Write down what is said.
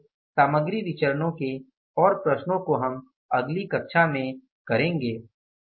इसलिए सामग्री विचरणो के और प्रश्नों को हम अगली कक्षा में करेंगे